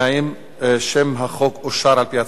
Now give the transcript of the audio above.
שם החוק אושר, על-פי הצעת הוועדה, בקריאה שנייה.